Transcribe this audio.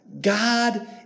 God